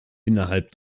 innerhalb